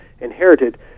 inherited